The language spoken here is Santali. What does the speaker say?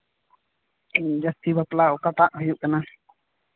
ᱡᱟᱹᱥᱛᱤ ᱵᱟᱯᱞᱟ ᱚᱠᱟᱴᱟᱜ ᱦᱩᱭᱩᱜ ᱠᱟᱱᱟ